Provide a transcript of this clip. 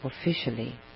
officially